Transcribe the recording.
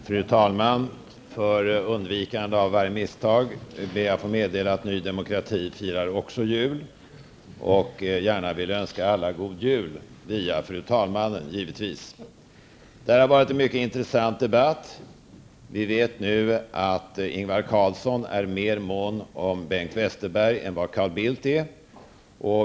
Fru talman! För undvikande av varje missförstånd ber jag att få meddela att också Ny Demokrati firar jul, och jag vill gärna önska alla en god jul -- givetvis via fru talmannen. Det har varit en mycket intressant debatt. Vi vet nu att Ingvar Carlsson är mer mån om Bengt Westerberg än vad Carl Bildt är.